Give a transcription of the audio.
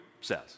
says